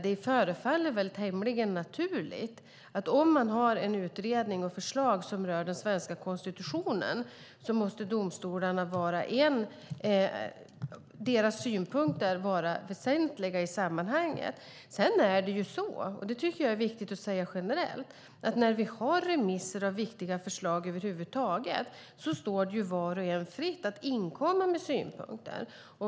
Det förefaller tämligen naturligt att om man har en utredning och ett förslag som rör den svenska konstitutionen så måste domstolarnas synpunkter vara väsentliga i sammanhanget. Det är också så, och det tycker jag är viktigt att säga generellt, att när det gäller remisser angående viktiga förslag över huvud taget så står det var och en fritt att inkomma med synpunkter.